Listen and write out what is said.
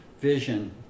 vision